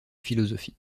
philosophie